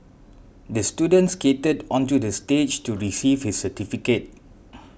the student skated onto the stage to receive his certificate